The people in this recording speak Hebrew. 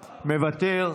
מוותר,